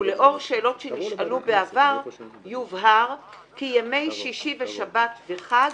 ולאור שאלות שנשאלו בעבר יובהר כי ימי שישי שבת וחג